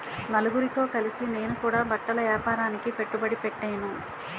నలుగురితో కలిసి నేను కూడా బట్టల ఏపారానికి పెట్టుబడి పెట్టేను